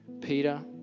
Peter